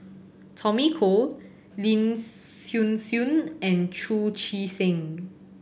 Tommy Koh Lin Hsin Hsin and Chu Chee Seng